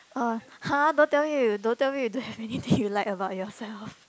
oh !huh! don't tell me you don't tell me you don't have anything you like about yourself